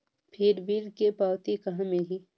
फिर बिल के पावती कहा मिलही?